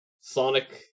Sonic